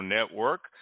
Network